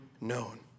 known